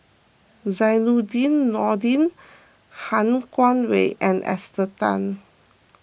Zainudin Nordin Han Guangwei and Esther Tan